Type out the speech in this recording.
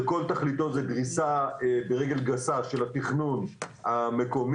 שכל תכליתו זה דריסה ברגל גסה של התכנון המקומי,